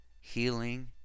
healing